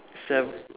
seven